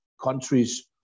countries